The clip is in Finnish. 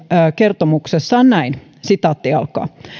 kertomuksessaan näin